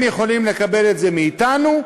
הם יכולים לקבל את זה מאתנו,